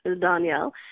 Danielle